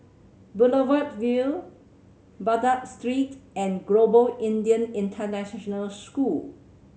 Boulevard Vue Baghdad Street and Global Indian International School